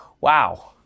Wow